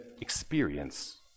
experience